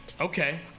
Okay